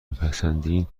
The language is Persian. میپسندین